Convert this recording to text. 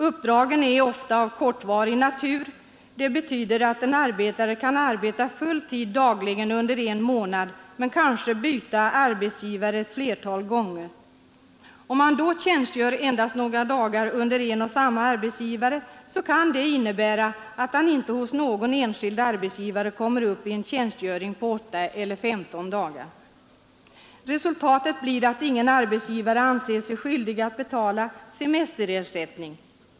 Uppdragen är ofta av kortvarig natur. Det betyder att en arbetare kan tjänstgöra full tid dagligen under en månad men kanske byter arbetsgivare ett flertal gånger. Om han då tjänstgör endast några dagar under en och samma arbetsgivare, kan det innebära att han inte hos någon enskild arbetsgivare kommer upp i en tjänstgöring på 8 eller 15 dagar. Resultatet blir att ingen arbetsgivare anser sig ha skyldighet att betala semesterersättning.